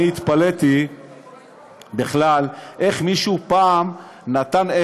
התפלאתי בכלל איך מישהו פעם נתן,